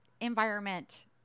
environment